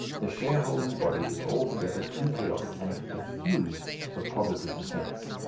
the shareholding body is altogether too chaotic and diffused for positive defence.